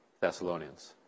Thessalonians